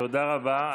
תודה רבה.